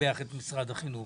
לשבח את משרד החינוך